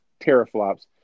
teraflops